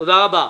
תודה רבה.